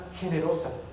generosa